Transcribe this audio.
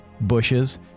bushes